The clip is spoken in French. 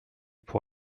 pour